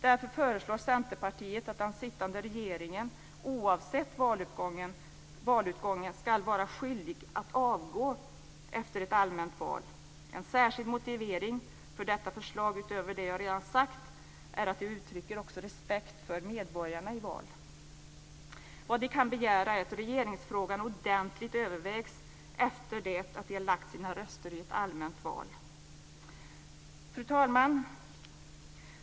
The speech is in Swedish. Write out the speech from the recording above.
Därför föreslår Centerpartiet att den sittande regeringen, oavsett valutgången, ska vara skyldig att avgå efter ett allmänt val. En särskild motivering för detta förslag utöver det jag redan sagt är att det också uttrycker respekt för medborgarna i val. Vad de kan begära är att regeringsfrågan ordentligt övervägs efter det att de lagt sina röster i ett allmänt val. Fru talman!